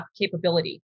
capability